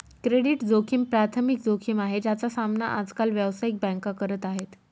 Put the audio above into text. credit जोखिम प्राथमिक जोखिम आहे, ज्याचा सामना आज काल व्यावसायिक बँका करत आहेत